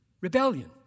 rebellion